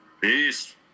Peace